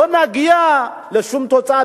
לא נגיע לשום תוצאה.